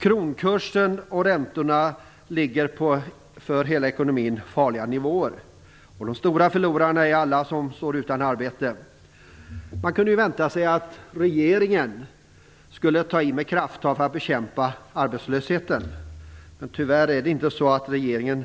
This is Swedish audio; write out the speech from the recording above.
Kronkursen och räntorna ligger på för hela ekonomin farliga nivåer. De stora förlorarna är alla som står utan arbete. Man kunde vänta sig att regeringen skulle ta i med krafttag för att bekämpa arbetslösheten. Tyvärr är det inte så, eftersom regeringen